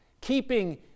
keeping